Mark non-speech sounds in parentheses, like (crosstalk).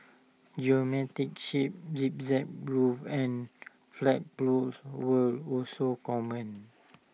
(unintelligible) shapes zigzag (unintelligible) and flagpoles were also common